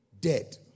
Dead